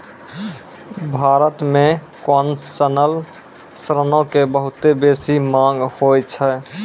भारत मे कोन्सेसनल ऋणो के बहुते बेसी मांग होय छै